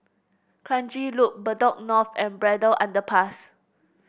Kranji Loop Bedok North and Braddell Underpass